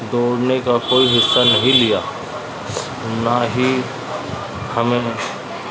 دوڑنے کا کوئی حصہ نہیں لیا نہ ہی ہمیں